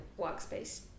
workspace